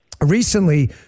Recently